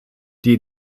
die